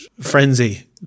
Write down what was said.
frenzy